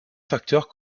facteurs